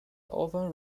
often